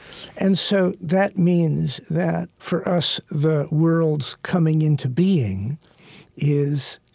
and so that means that for us the world's coming into being is,